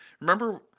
remember